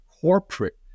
corporate